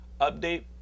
update